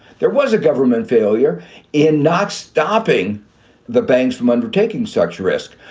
there was a government failure in not stopping the banks from undertaking such risk.